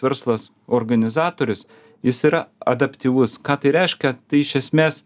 verslas organizatorius jis yra adaptyvus ką tai reiškia tai iš esmės